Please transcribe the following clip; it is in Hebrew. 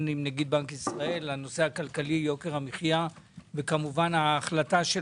עם נגיד בנק ישראל על נושא יוקר המחיה וכמובן על ההחלטה של